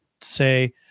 say